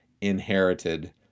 inherited